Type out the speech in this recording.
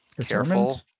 careful